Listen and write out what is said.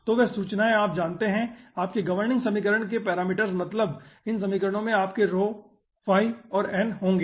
तो वे सूचनाएं आप जानते है आपके गवर्निंग समीकरण के पैरामीटर्स मतलब इन समीकरणों में आपके और n होंगे